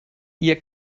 ihr